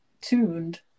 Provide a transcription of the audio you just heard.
tuned